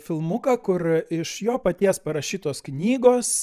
filmuką kur iš jo paties parašytos knygos